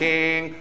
King